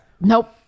Nope